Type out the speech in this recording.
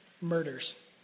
murders